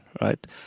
right